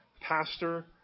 pastor